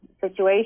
situation